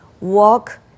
walk